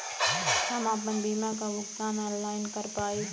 हम आपन बीमा क भुगतान ऑनलाइन कर पाईब?